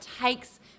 takes